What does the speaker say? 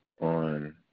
on